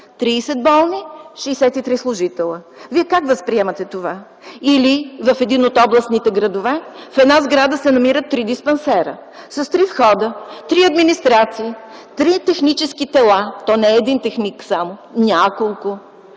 болни – 63 служители! Вие как възприемате това? Или, в един от областните градове в една сграда се намират три диспансера с три входа, три администрации, три технически тела. То не е само един техник – няколко!